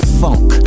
funk